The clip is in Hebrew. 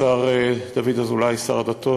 השר דוד אזולאי, שר הדתות,